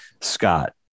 Scott